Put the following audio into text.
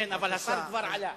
כן, אבל השר כבר עלה.